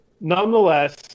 nonetheless